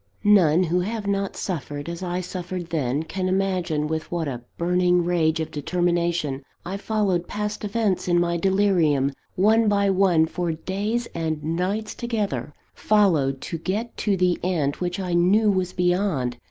none who have not suffered as i suffered then, can imagine with what a burning rage of determination i followed past events in my delirium, one by one, for days and nights together followed, to get to the end which i knew was beyond,